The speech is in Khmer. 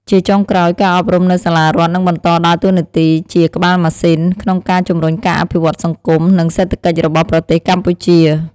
ជាចុងក្រោយ ការអប់រំនៅសាលារដ្ឋនឹងបន្តដើរតួនាទីជា ក្បាលម៉ាស៊ីន ក្នុងការជំរុញការអភិវឌ្ឍសង្គម និងសេដ្ឋកិច្ចរបស់ប្រទេសកម្ពុជា។